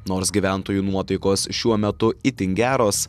nors gyventojų nuotaikos šiuo metu itin geros